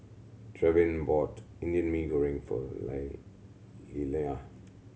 Trevin bought Indian Mee Goreng for lie Lillia